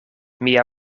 mia